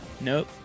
Nope